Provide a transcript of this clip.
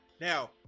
now